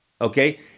Okay